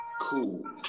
cool